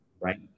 right